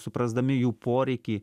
suprasdami jų poreikį